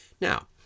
Now